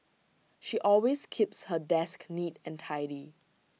she always keeps her desk neat and tidy